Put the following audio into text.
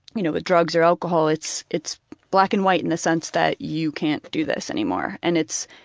you know, with drugs or alcohol, it's it's black and white in the sense that you can't do this anymore. and it's,